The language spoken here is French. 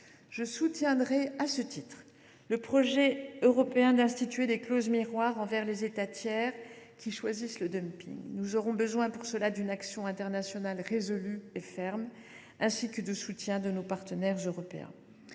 Je soutiendrai à ce titre le projet européen d’instituer des clauses miroirs envers les États tiers qui choisissent le dumping. Nous aurons besoin pour cela d’une action internationale résolue et ferme, ainsi que du soutien de nos partenaires européens.